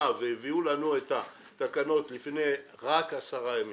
והביאו לנו את התקנות רק לפני עשרה ימים,